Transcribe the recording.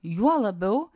juo labiau